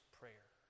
prayer